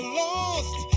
lost